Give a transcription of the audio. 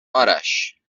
آرش